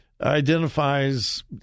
identifies